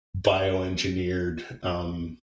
bioengineered